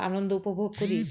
আনন্দ উপভোগ করি